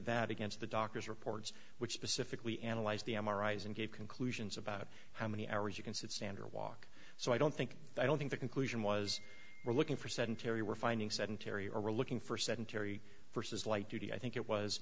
that against the doctors reports which specifically analyzed the m r i s and gave conclusions about how many hours you can sit stand or walk so i don't think i don't think the conclusion was we're looking for sedentary we're finding sedentary or relooking for sedentary versus light duty i think it was